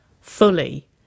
Fully